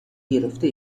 گرفته